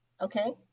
Okay